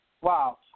Wow